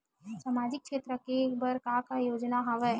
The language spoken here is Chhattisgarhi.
सामाजिक क्षेत्र के बर का का योजना हवय?